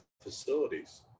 facilities